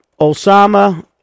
Osama